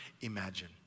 imagine